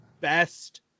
best